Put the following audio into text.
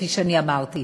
כפי שאמרתי,